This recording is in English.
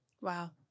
Wow